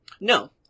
No